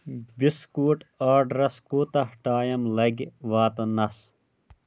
biscuit آرڈرَس کوٗتاہ time لگہِ واتنَس